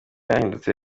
yarahindutse